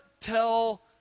tell